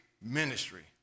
ministry